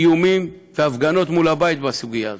איומים והפגנות מול הבית בסוגיה הזאת.